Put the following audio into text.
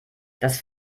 das